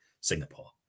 singapore